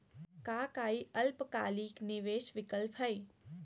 का काई अल्पकालिक निवेस विकल्प हई?